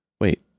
wait